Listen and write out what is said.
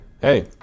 hey